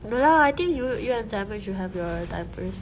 no lah I think you you and simon should have your time first